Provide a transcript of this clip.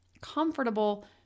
comfortable